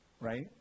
right